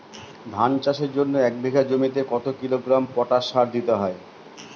ধান চাষের জন্য এক বিঘা জমিতে কতো কিলোগ্রাম পটাশ সার দিতে হয়?